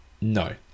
No